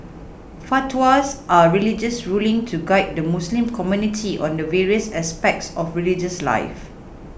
fatwas are religious rulings to guide the Muslim community on the various aspects of religious life